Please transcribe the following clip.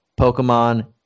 Pokemon